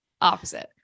opposite